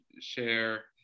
share